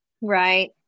right